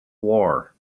war